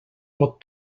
pot